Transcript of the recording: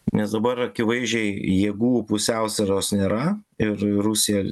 nes dabar akivaizdžiai jėgų pusiausvyros nėra ir rusija